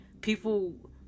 people